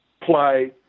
play